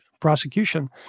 prosecution